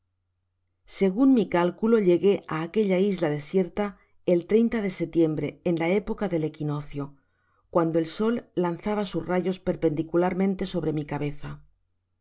segun mi cálculo llegué á aquella isla desierta el de setiembre en la época del equinoccio cuando el sol lanzaba sus rayos perpendicularmente sobre mi cabeza